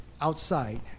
outside